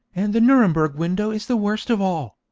and the nuremberg window is the worst of all.